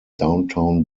downtown